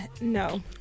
no